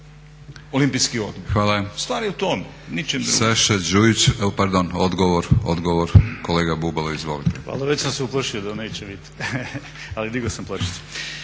Hvala.